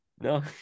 no